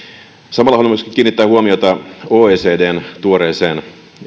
samalla haluan myöskin kiinnittää huomiota oecdn tuoreeseen